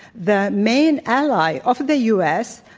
the main ally of the u. s,